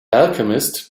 alchemist